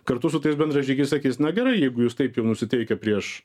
kartu su tais bendražygiais sakys na gerai jeigu jūs taip jau nusiteikę prieš